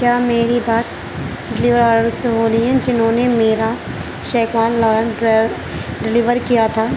کیا میری بات ڈلیور والوں سے ہو رہی ہے جنہوں نے میرا ڈلیور کیا تھا